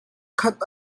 khat